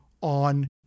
on